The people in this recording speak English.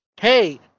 Hey